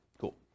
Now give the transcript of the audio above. Cool